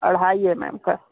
ढ़ाई M M का